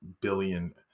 billion